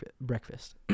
breakfast